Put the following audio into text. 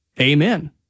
amen